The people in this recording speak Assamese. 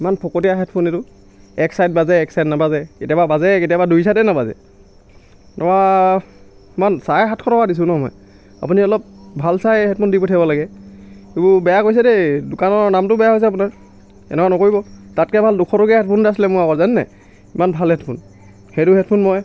ইমান ফকটিয়া হেদফোন এইটো এক চাইড বাজে এক চাইড নাবাজে কেতিয়াবা বাজে কেতিয়াবা দুই চাইডে নাবাজে এতিয়া ইমান চাৰে সাতশ টকা দিছোঁ ন মই আপুনি অলপ ভাল চাই হেডফোন দি পঠিয়াব লাগে এইটো বেয়া কৰিছে দেই দোকানৰ নামটো বেয়া হৈছে আপোনাৰ এনেকুৱা নকৰিব তাতকৈ ভাল দুশ টকীয়া হেডফোন এডাল আছিলে মোৰ আগৰ জানেনে নাই ইমান ভাল হেডফোন সেইটো হেডফোন মই